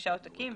בחמישה עותקים",